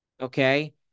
Okay